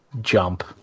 jump